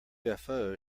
ufo